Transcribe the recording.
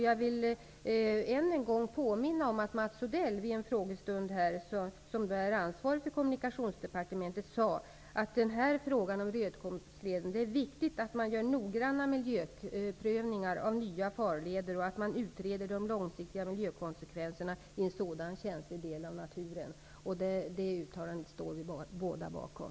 Jag vill än en gång påminna om att Mats Odell, som bär ansvaret för Kommunikationsdepartementet, vid en frågestund sade att det i fråga om Rödkobbsleden är viktigt att noggranna miljöprövningar görs av nya farleder och att man utreder de långsiktiga miljökonsekvenserna i en sådan känslig del av naturen. Detta uttalande står vi båda bakom.